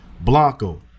Blanco